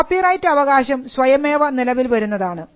copyright അവകാശം സ്വയമേവ നിലവിൽ വരുന്നതാണ്